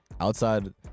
outside